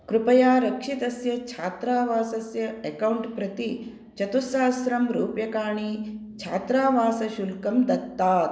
कृपया रक्षितस्य छात्रावासस्य अकौण्ट् प्रति चतुस्सहस्रं रूप्यकाणि छात्रावासशुल्कं दत्तात्